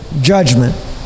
judgment